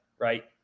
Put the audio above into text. right